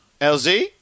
LZ